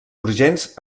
urgents